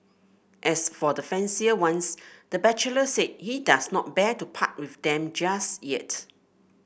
as for the fancier ones the bachelor said he does not bear to part with them just yet